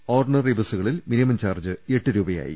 ഓർഡി നറി ബസുകളിൽ minimum charge എട്ട് രൂപയായി